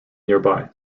nearby